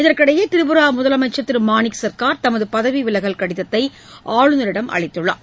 இதற்கிடையே திரிபுரா முதலமைச்சர் திரு மாணிக் சர்கார் தமது பதவி விலகல் கடிதத்தை ஆளுநரிடம் அளித்துள்ளார்